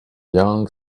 young